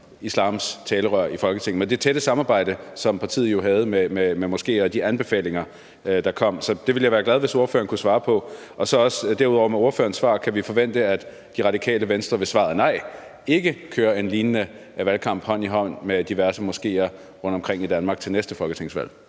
islams talerør i Folketinget med det tætte samarbejde, som partiet jo havde med moskeer, og de anbefalinger, der kom. Så jeg ville være glad, hvis ordføreren kunne svare på det, og derudover vil jeg spørge: Kan vi med ordførerens svar forvente, at Det Radikale Venstre, hvis svaret er nej, ikke fører en lignende valgkamp hånd i hånd med diverse moskeer rundtomkring i Danmark til næste folketingsvalg?